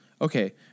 Okay